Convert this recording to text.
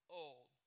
old